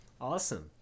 Awesome